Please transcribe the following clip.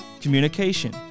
communication